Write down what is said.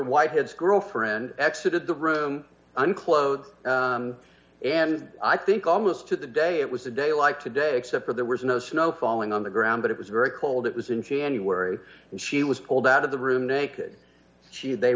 white his girlfriend xa did the room unclothed and i think almost to the day it was a day like today except for there was no snow falling on the ground but it was very cold it was in january and she was pulled out of the room naked she